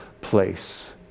place